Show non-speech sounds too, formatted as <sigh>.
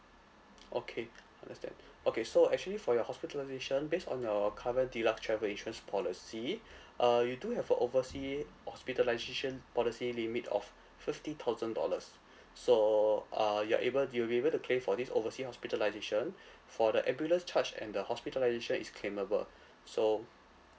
okay understand okay so actually for your hospitalisation based on your current deluxe travel insurance policy <breath> uh you do have a oversea hospitalisation policy limit of fifty thousand dollars <breath> so uh you're able you'll be able to claim for this oversea hospitalisation <breath> for the ambulance charge and the hospitalisation is claimable so